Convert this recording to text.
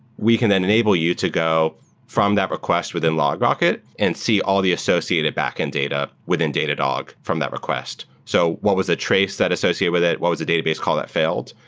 we can then enable you to go from that request within logrocket and see all the associated backend data within datadog from that request. so what was a trace that associate with it? why was the database call that failed?